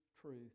truth